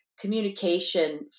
communication